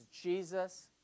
Jesus